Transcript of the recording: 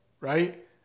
right